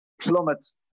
plummets